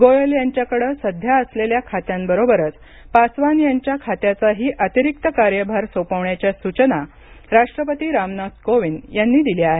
गोयल यांच्याकडे सध्या असलेल्या खात्यांबरोबरच पासवान यांच्या खात्याचाही अतिरिक्त कार्यभार सोपविण्याच्या सूचना राष्ट्रपती रामनाथ कोविंद यांनी दिल्या आहेत